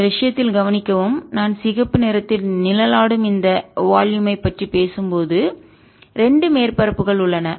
இந்த விஷயத்தில் கவனிக்கவும் நான் சிகப்பு நிறத்தில் நிழலாடும் இந்த வால்யும் மொத்த கொள்ளளவு பற்றி பேசும்போது 2 மேற்பரப்புகள் உள்ளன